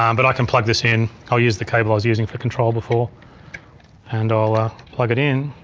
um but i can plug this in, i'll use the cable i was using for control before and i'll ah plug it in.